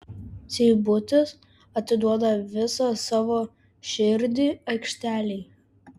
seibutis atiduoda visą savo širdį aikštelėje